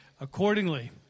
accordingly